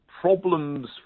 problems